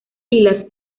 islas